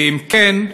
ואם כן,